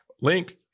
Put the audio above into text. link